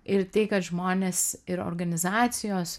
ir tai kad žmonės ir organizacijos